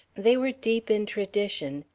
they were deep in tradition,